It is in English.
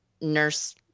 nurse